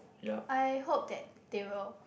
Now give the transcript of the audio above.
I hope that they will